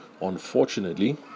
Unfortunately